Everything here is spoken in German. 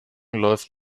läuft